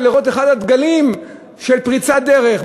ורואים בו אחד הדגלים של פריצת דרך?